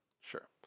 Sure